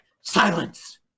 silence